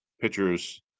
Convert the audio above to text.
pitchers